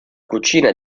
cucina